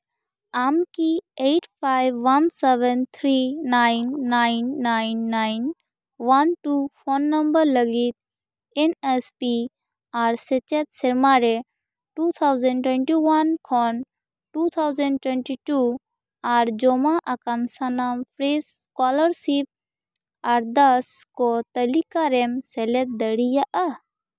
ᱟᱢ ᱠᱤ eight five one seven three nine nine nine nine one two phone number ᱞᱟᱹᱜᱤᱫ N S P ᱟᱨ ᱥᱮᱪᱮᱫ ᱥᱮᱨᱢᱟ ᱨᱮ ᱴᱩ ᱛᱷᱟᱣᱡᱮᱱᱰ ᱴᱩᱭᱮᱱᱴᱤ ᱳᱣᱟᱱ ᱠᱷᱚᱱ ᱴᱩ ᱛᱷᱟᱣᱡᱮᱱ ᱴᱩᱭᱮᱱᱴᱤ ᱴᱩ ᱟᱨ ᱡᱚᱢᱟᱜ ᱟᱠᱟᱱ ᱥᱟᱱᱟᱢ ᱯᱷᱮᱨᱮᱥ ᱠᱚᱞᱟᱨᱥᱤᱯ ᱟᱨᱫᱟᱥ ᱠᱚ ᱛᱟᱹᱞᱤᱠᱟ ᱨᱮᱢ ᱥᱮᱞᱮᱫ ᱫᱟᱲᱮᱭᱟᱜᱼᱟ